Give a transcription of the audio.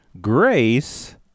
Grace